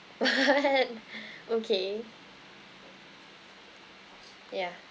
what okay yeah